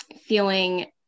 feeling